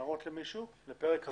הערות לפרק הזה.